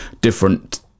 different